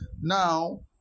Now